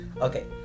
Okay